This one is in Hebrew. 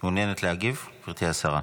מעוניינת להגיב, גברתי השרה?